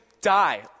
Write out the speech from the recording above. die